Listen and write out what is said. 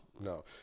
no